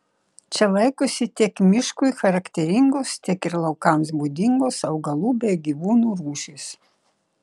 čia laikosi tiek miškui charakteringos tiek ir laukams būdingos augalų bei gyvūnų rūšys